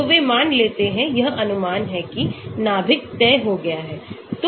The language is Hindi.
तो वे मान लेते हैं यह अनुमान है कि नाभिक तय हो गया है